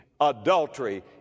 Adultery